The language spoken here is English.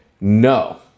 no